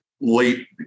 late